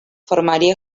formaría